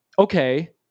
okay